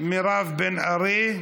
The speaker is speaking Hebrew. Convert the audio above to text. מירב בן ארי.